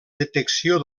detecció